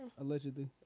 Allegedly